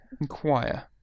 inquire